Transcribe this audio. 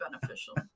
beneficial